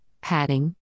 padding